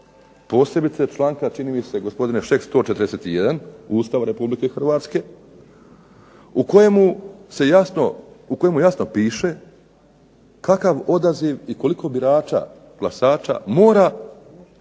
Posebice članka čini mi se gospodine Šeks 141. Ustava Republike Hrvatske u kojemu jasno piše kakav odaziv i koliko birača, glasača mora